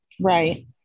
Right